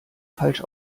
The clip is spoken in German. falsch